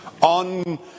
on